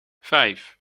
vijf